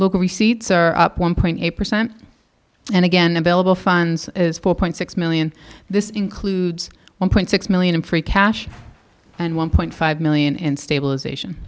local receipts are up one point eight percent and again available funds is four point six million this includes one point six million in free cash and one point five million in stabilisation